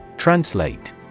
Translate